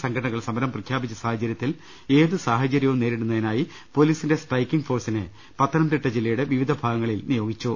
സംഘടനകൾ സമരം പ്രഖ്യാപിച്ച സാഹചര്യത്തിൽ ഏത് സാഹചര്യങ്ങളെയും നേരിടുന്നതിനായി പൊലീസിന്റെ സ്ട്രൈക്കിംഗ് ഫോഴ്സിനെ പത്തനംതിട്ട ജില്ല യുടെ വിവിധ ഭാഗങ്ങളിൽ നിയോഗിച്ചു